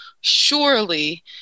surely